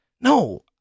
No